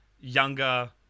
younger